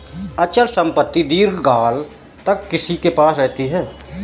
अचल संपत्ति दीर्घकाल तक किसी के पास रहती है